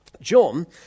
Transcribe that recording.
John